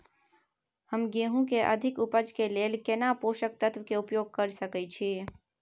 हम गेहूं के अधिक उपज के लेल केना पोषक तत्व के उपयोग करय सकेत छी?